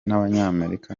n’abanyamerika